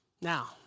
Now